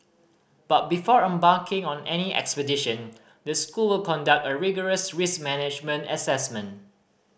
but before embarking on any expedition the school will conduct a rigorous risk management assessment